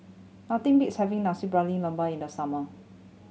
nothing beats having nasi in the summer